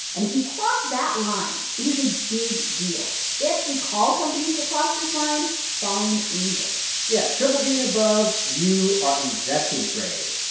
and if you cross that line, it is a big deal. they actually call companies that cross this line fallen angels yeah. triple b and above, you are investment grade.